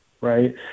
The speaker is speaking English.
right